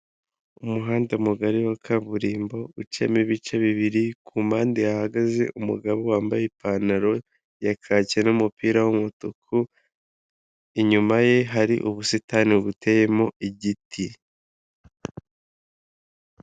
Umuhanda mugari wa kaburimbo ukemo ibice bibiri kumpande ahahagaze umugabo wambaye ipantaro ya kake n'umupira w'umutuku inyuma ye hari ubusitani buteyemo igiti.